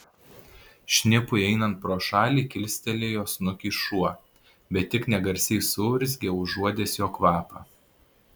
šnipui einant pro šalį kilstelėjo snukį šuo bet tik negarsiai suurzgė užuodęs jo kvapą